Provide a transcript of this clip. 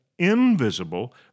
invisible